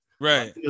Right